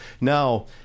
now